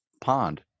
pond